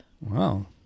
Wow